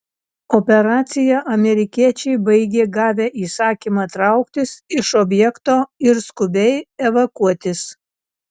operaciją amerikiečiai baigė gavę įsakymą trauktis iš objekto ir skubiai evakuotis